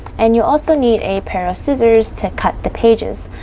and you also need a pair of scissors to cut the pages.